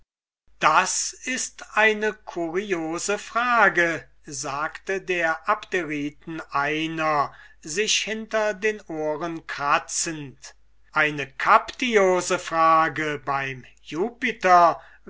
das ist eine curiöse frage sagte der abderiten einer sich hinter den ohren kratzend eine captiose frage beim